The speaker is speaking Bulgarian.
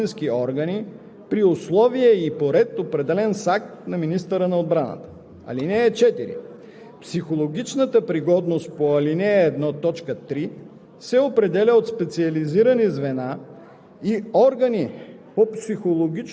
ал. 1. (3) Годността за военновременна служба по ал. 1, т. 2 се определя от военномедицински органи при условия и по ред, определени с акт на министъра на отбраната. (4)